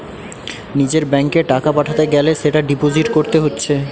নিজের ব্যাংকে টাকা পাঠাতে গ্যালে সেটা ডিপোজিট কোরতে হচ্ছে